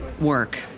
work